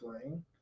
playing